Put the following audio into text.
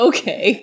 Okay